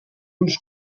uns